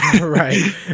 Right